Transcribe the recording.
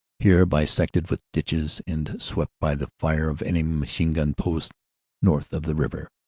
here bisected with ditches and swept by the fire of enemy machine gun posts north of the river.